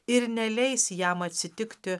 ir neleis jam atsitikti